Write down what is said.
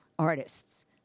artists